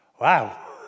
Wow